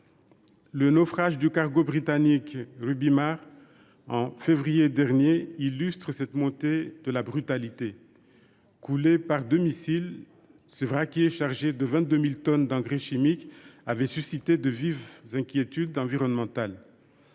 Le sort du cargo britannique , en février dernier, illustre cette montée de la brutalité. Frappé par deux missiles, ce vraquier chargé de 22 000 tonnes d’engrais chimiques a fait naufrage, suscitant de vives inquiétudes environnementales.